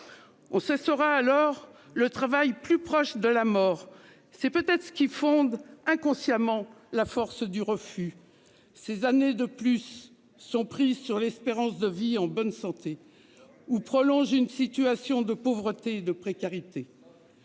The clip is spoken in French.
On se sera alors le travail plus proche de la mort. C'est ce qui fonde inconsciemment la force du refus. Ces années de plus sont prix sur l'espérance de vie en bonne santé ou prolonge une situation de pauvreté, de précarité.